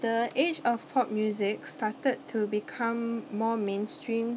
the age of pop music started to become more mainstream